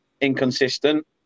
inconsistent